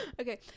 okay